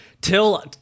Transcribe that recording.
Till